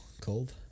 cold